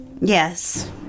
yes